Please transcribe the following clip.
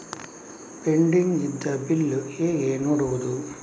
Pending ಇದ್ದ bill ಹೇಗೆ ನೋಡುವುದು?